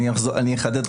אני אחדד.